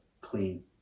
clean